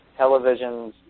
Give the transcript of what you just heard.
televisions